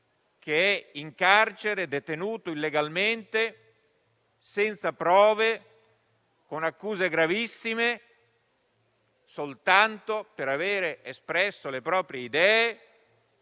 in carcere illegalmente, senza prove, con accuse gravissime, soltanto per avere espresso le proprie idee